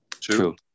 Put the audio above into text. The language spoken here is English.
true